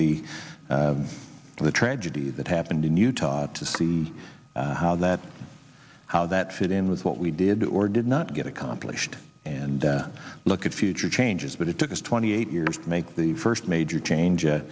the to the tragedy that happened in utah to see how that how that fit in with what we did or did not get accomplished and look at future changes but it took us twenty eight years to make the first major change